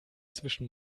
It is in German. zwischen